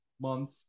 month